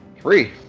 Three